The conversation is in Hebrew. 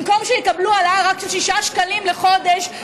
במקום שיקבלו העלאה רק של שישה שקלים לחודש,